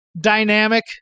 dynamic